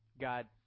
God